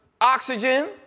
oxygen